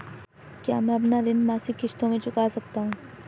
क्या मैं अपना ऋण मासिक किश्तों में चुका सकता हूँ?